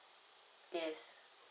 yes